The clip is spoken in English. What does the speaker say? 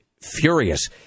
furious